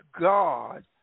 God